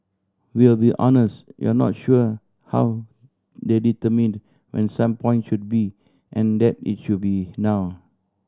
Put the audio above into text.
we'll be honest we're not sure how they determined when some point should be and that it should be now